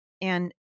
And-